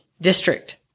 District